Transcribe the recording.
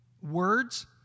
words